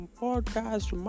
podcast